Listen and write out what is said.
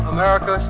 America